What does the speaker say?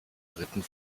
dritten